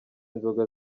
inzoga